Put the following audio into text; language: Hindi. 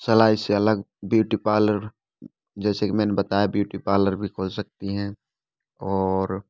सिलाई से अलग ब्यूटी पार्लर जैसे कि मैंने बताया ब्यूटी पार्लर भी खोल सकती हैं और